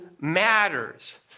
matters